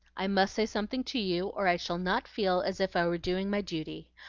i must say something to you or i shall not feel as if i were doing my duty.